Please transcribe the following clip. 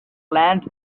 land